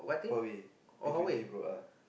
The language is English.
Huawei P twenty pro ah